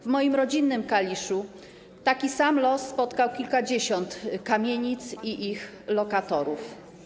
W moim rodzinnym Kaliszu taki sam los spotkał kilkadziesiąt kamienic i ich lokatorów.